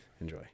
enjoy